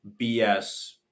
BS